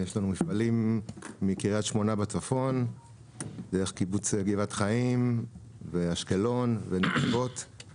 יש לנו מפעלים מקרית שמונה בצפון דרך קיבוץ גבעת חיים ואשקלון ונתיבות,